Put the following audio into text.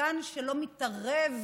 שחקן שלא מתערב,